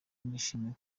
nishimiye